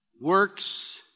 works